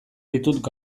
ditut